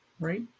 right